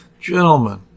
Gentlemen